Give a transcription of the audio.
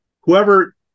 whoever